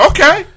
Okay